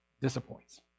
disappoints